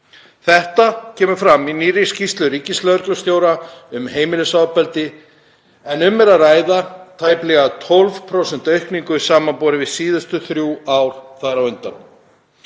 Þetta kemur fram í nýrri skýrslu ríkislögreglustjóra um heimilisofbeldi en um er að ræða tæplega 12% aukningu samanborið við síðustu þrjú ár þar á undan.